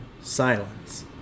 silence